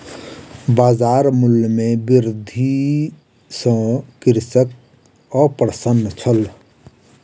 बजार मूल्य में वृद्धि सॅ कृषक अप्रसन्न छल